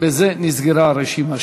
בזה נסגרה הרשימה.